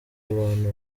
abantu